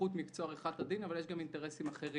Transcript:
ובאיכות מקצוע עריכת הדין אבל יש גם אינטרסים אחרים.